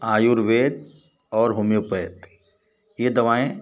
आयुर्वेद और होमियोपएथ ये दवाएँ